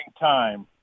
time